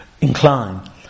incline